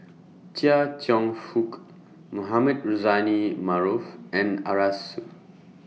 Chia Cheong Fook Mohamed Rozani Maarof and Arasu